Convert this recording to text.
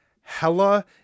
Hella